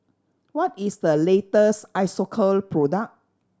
what is the latest Isocal product